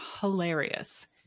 hilarious